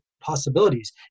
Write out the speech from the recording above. possibilities